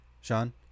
sean